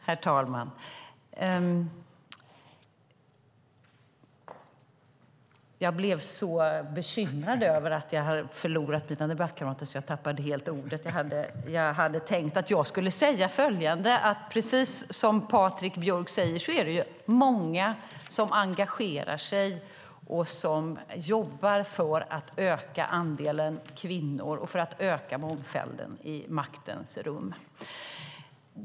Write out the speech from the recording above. Herr talman! Precis som Patrik Björck säger är det många som engagerar sig och jobbar för att öka andelen kvinnor och öka mångfalden i maktens rum.